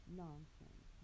nonsense